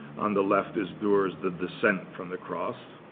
on the left is durer's, the descent from the cross.